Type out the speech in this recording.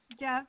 Jeff